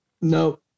No